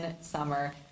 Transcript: summer